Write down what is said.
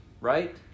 right